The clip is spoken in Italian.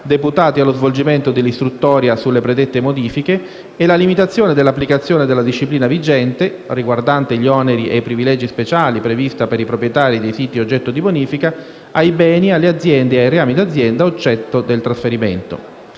deputati allo svolgimento dell'istruttoria sulle predette modifiche e la limitazione dell'applicazione della disciplina vigente, riguardante gli oneri reali e i privilegi speciali prevista per i proprietari dei siti oggetto di bonifica, ai beni, alle aziende e ai rami d'azienda oggetto del trasferimento.